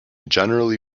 generally